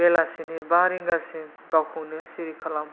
बेलासिनि बा रिंगासिम गावखौनो सिरि खालाम